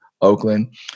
Oakland